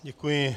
Děkuji.